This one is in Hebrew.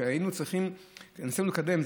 כשרצינו לקדם,